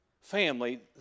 family